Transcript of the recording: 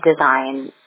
design